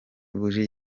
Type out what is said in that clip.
buji